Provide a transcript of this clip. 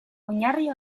oinarri